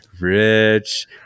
Rich